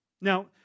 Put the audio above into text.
Now